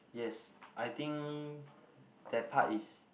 yes I think that part is